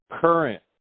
current